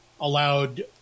allowed